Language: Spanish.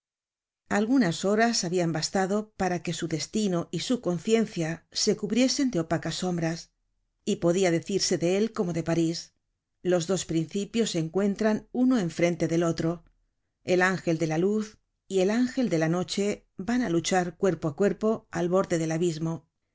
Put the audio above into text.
algunas horas habian bastado para que su destino y su conciencia se cubriesen de opacas sombras y podia decirse de él como de parís los dos principios se encuentran uno en frente del otro el ángel de la luz y el ángel de la noche van á luchar cuerpo á cuerpo al borde del abismo